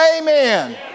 amen